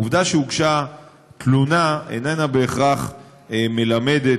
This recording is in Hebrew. העובדה שהוגשה תלונה איננה בהכרח מלמדת